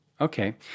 Okay